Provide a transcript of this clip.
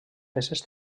peces